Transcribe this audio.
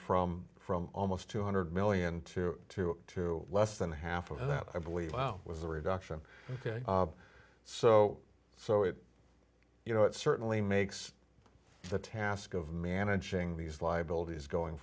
from from almost two hundred million to two to less than half of that i believe was a reduction ok so so it you know it certainly makes the task of managing these liabilities going